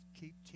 keep